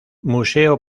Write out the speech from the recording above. museo